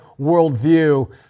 worldview